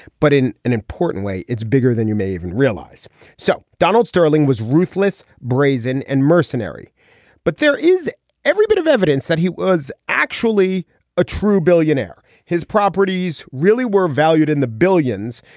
but in an important way it's bigger than you may even realize so donald sterling was ruthless brazen and mercenary but there is every bit of evidence that he was actually a true billionaire his properties really were valued in the billions.